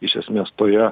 iš esmės toje